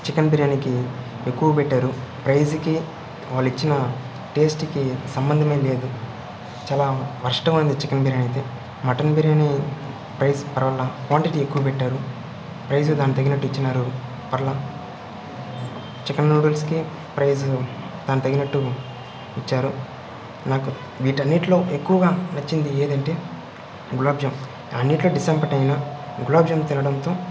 chicken బిర్యానికి ఎక్కువ పెట్టారు ప్రైస్కి వాళ్ళు ఇచ్చిన టేస్ట్కి సంబంధమే లేదు చాలా వరస్ట్గా ఉనింది చికెన్ బిర్యానీ అయితే మటన్ బిర్యానీ ప్రైస్ పరవాలా క్వాంటిటీ ఎక్కువ పెట్టారు ప్రైస్ దాన్ని తగినట్టు ఇచ్చినారు పరల చికెన్ నూడిల్స్కి ప్రైస్ దాని తగినట్టు ఇచ్చారు నాకు వీటన్నిటిలో ఎక్కువగా నచ్చింది ఏంటంటే గులాబ్జామ్ అన్నిట్లో డిసప్పాయింట్ అయిన గులాబ్జామ్ తినడంతో